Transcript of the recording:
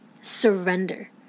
Surrender